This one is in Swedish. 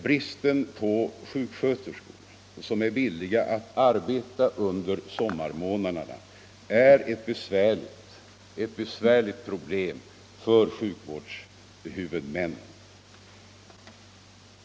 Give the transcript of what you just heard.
Bristen på sjuksköterskor som är villiga att arbeta under sommarmånaderna är ett besvärligt problem för sjukvårdshuvudmännen.